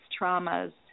traumas